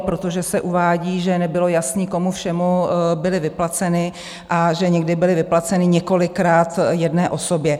Protože se uvádí, že nebylo jasné, komu všemu byly vyplaceny a že někdy byly vyplaceny několikrát jedné osobě.